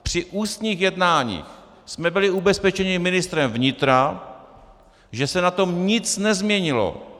Při ústních jednáních jsme byli ubezpečeni ministrem vnitra, že se na tom nic nezměnilo.